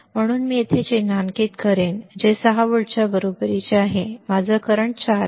म्हणून मी ते येथे चिन्हांकित करेन जे 6 व्होल्टच्या बरोबरीचे आहे माझे करंट सुमारे 4 बरोबर 4 किंवा होय त्याचे 4